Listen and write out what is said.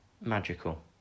Magical